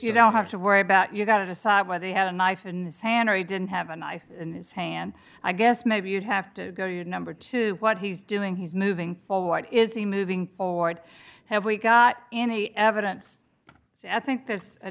you don't have to worry about you've got to decide whether you had a knife in his hand or he didn't have a knife in his hand i guess maybe you'd have to go to your number to what he's doing he's moving forward is he moving forward have we got any evidence i think th